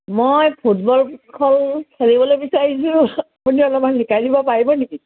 মই ফুটবল খেল খেলিবলৈ বিচাৰিছিলোঁ আপুনি অলপমান শিকাই দিব পাৰিব নেকি